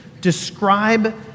describe